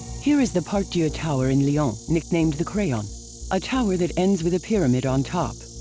here is the part-dieu tower in lyon nicknamed the crayon a tower that ends with a pyramid on top.